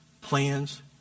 plans